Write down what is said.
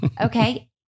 Okay